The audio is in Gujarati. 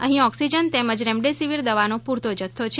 અહી ઓકિસજન તેમજ રેમડેસિવીર દવાનો પુરતો જથ્થો છે